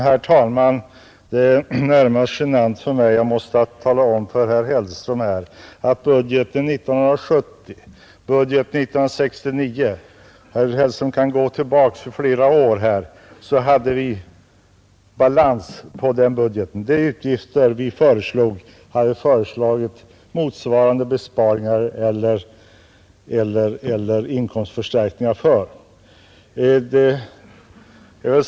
Herr talman! Det är närmast genant för mig att vara tvungen att tala om för herr Hellström att vi hade balans i vårt budgetförslag 1970 och 1969 — herr Hellström kan gå tillbaka flera år. För de utgifter vi föreslog hade vi föreslagit motsvarande besparingar eller inkomstförstärkningar.